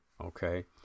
okay